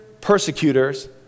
persecutors